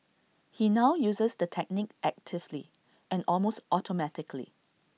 he now uses the technique actively and almost automatically